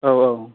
औ औ